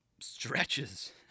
stretches